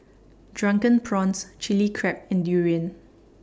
Drunken Prawns Chili Crab and Durian